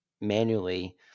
manually